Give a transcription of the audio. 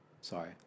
Sorry